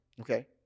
Okay